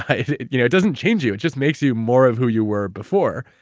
it you know it doesn't change you. it just makes you more of who you were before.